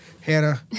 Hannah